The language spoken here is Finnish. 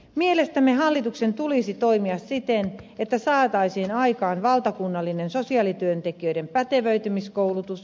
mielestämme hallituksen tulisi toimia siten että saataisiin aikaan valtakunnallinen sosiaalityöntekijöiden pätevöitymiskoulutus